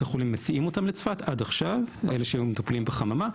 החולים עד עכשיו - אלה שהיו מטופלים בחממה,